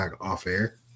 off-air